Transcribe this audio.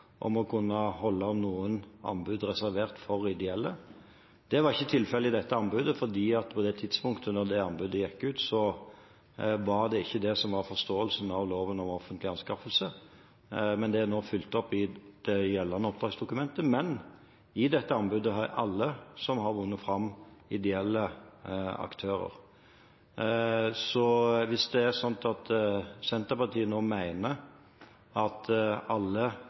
om å kunne holde noen anbud reservert for ideelle. Det var ikke tilfellet ved dette anbudet, for på det tidspunktet det anbudet gikk ut, var det ikke det som var forståelsen av lov om offentlige anskaffelser. Men det er nå fulgt opp i det gjeldende oppdragsdokumentet. I dette anbudet er alle som har vunnet fram, ideelle aktører. Så hvis Senterpartiet nå mener at